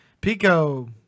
Pico